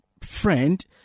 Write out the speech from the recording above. friend